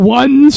one